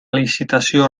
licitació